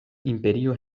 imperio